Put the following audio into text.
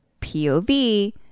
pov